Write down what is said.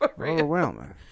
overwhelming